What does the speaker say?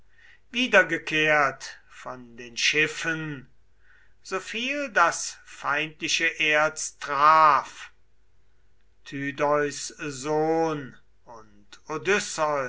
wiedergekehrt von den schiffen so viel das feindliche erz traf tydeus sohn und